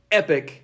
epic